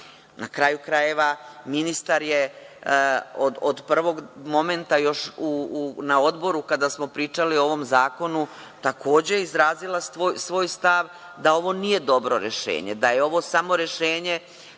kraju krajeva, ministar je od prvog momenta još na odboru kada smo pričali o ovom zakonu, takođe izrazila svoj stav da ovo nije dobro rešenje, da je ovo samo rešenje